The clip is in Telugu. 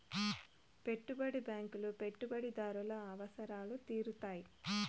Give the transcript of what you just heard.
పెట్టుబడి బ్యాంకులు పెట్టుబడిదారుల అవసరాలు తీరుత్తాయి